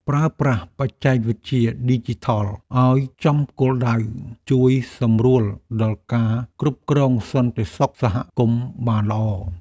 ប្រើប្រាស់បច្ចេកវិទ្យាឌីជីថលឱ្យចំគោលដៅជួយសម្រួលដល់ការគ្រប់គ្រងសន្តិសុខសហគមន៍បានល្អ។